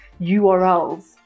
URLs